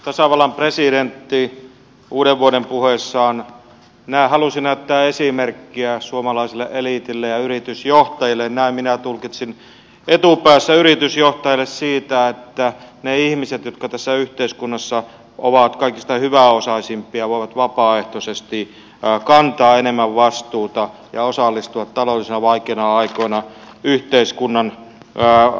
tasavallan presidentti uudenvuodenpuheessaan halusi näyttää esimerkkiä suomalaiselle eliitille ja yritysjohtajille näin minä tulkitsin etupäässä yritysjohtajille siitä että ne ihmiset jotka tässä yhteiskunnassa ovat kaikista hyväosaisimpia voivat vapaaehtoisesti kantaa enemmän vastuuta ja osallistua taloudellisesti vaikeina aikoina yhteiskunnan rahoittamiseen